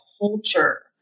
culture